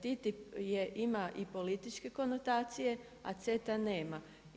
TTIP je ima i političke konotacije, a CETA nema.